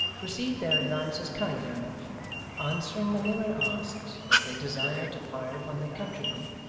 received their advances kindly enough answering, when they were asked if they desired to fire upon their countrymen,